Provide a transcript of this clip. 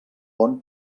bon